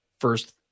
first